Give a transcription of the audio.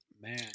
Man